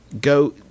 go